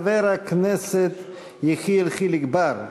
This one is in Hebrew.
חבר הכנסת יחיאל חיליק בר,